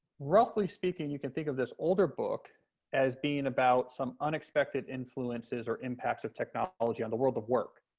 roughly speaking, you can think of this older book as being about some unexpected influences or impacts of technology on the world of work.